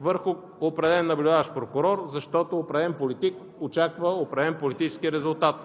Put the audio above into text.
върху определен наблюдаващ прокурор, защото определен политик очаква определен политически резултат.